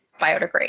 biodegrade